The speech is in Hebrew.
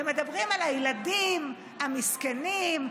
ומדברים על הילדים המסכנים,